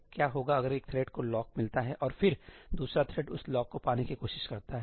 तो क्या होगा अगर एक थ्रेड को लॉक मिलता है और फिर दूसरा थ्रेड उस लॉक को पाने की कोशिश करता है